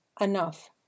enough